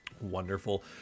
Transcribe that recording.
Wonderful